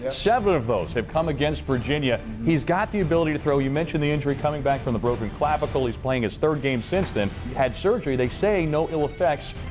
ah seven of those have come against virginia. he's got the ability to throw. you mentioned the injury. coming back from the broken clavicle. he's playing his third game since then. had surgery. they say no ill effects.